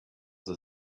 the